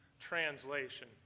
translation